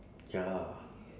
ya